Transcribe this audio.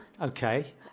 Okay